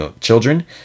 children